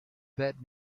that